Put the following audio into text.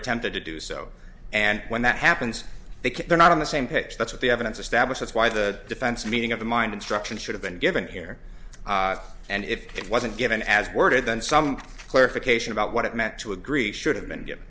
attempted to do so and when that happens because they're not on the same pitch that's what the evidence establish that's why the defense meeting of the mind instruction should have been given here and if it wasn't given as worded then some clarification about what it meant to agree should have been given